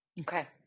Okay